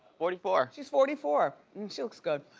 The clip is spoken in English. forty four. she's forty four. and she looks good,